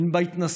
אין בה התנשאות,